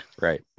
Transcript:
Right